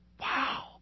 Wow